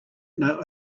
know